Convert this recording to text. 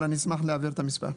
אבל אשמח להעביר את המספר.